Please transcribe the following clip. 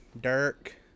Dirk